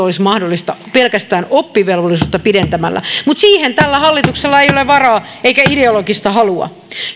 olisi mahdollista pelkästään oppivelvollisuutta pidentämällä mutta siihen tällä hallituksella ei ole varaa eikä ideologista halua